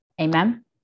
Amen